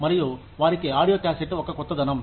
మరియు వారికి ఆడియో క్యాసెట్లు ఒక కొత్తదనం